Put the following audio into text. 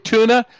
Tuna